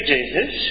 Jesus